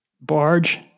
Barge